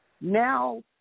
Now